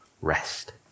rest